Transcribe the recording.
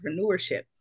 entrepreneurship